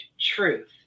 truth